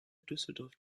düsseldorf